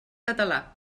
català